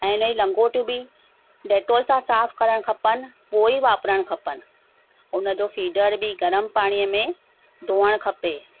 ऐं हिन ई लंगोटियूं बि डैटॉल सां साफ़ु करणु खपनि पोइ ई वापरणु खपनि हुन जो फीडर बि गरमु पाणीअ में धोअणु खपे